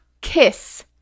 kiss